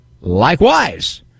Likewise